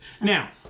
Now